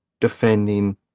defending